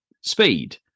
Speed